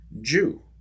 Jew